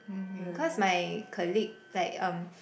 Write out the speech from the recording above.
okay cause my colleague like um